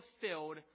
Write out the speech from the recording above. fulfilled